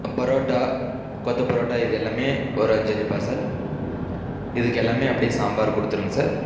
பரோட்டா கொத்து பரோட்டா இது எல்லாமே ஒரு அஞ்சு அஞ்சு பார்சல் இதுக்கு எல்லாமே அப்படியே சாம்பார் கொடுத்துருங்க சார்